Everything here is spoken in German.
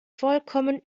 vollkommen